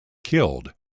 killed